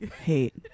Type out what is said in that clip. hate